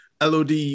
LOD